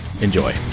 Enjoy